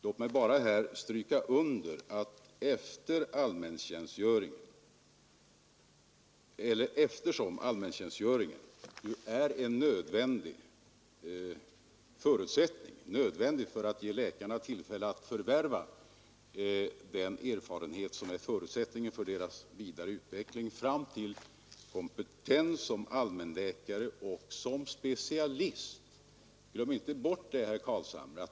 Låt mig bara understryka att allmäntjänstgöringen är en nödvändig förutsättning för att ge läkarna tillfälle att förvärva den erfarenhet som är förutsättningen för deras vidare utveckling fram till kompetens som allmänläkare — och som specialister; glöm inte bort det, herr Carlshamre!